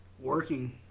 working